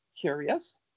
curious